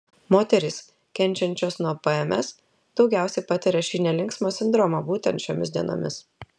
moterys kenčiančios nuo pms daugiausiai patiria šį nelinksmą sindromą būtent šiomis dienomis